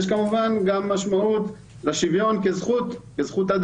יש משמעות לשוויון גם בעולם זכויות האדם.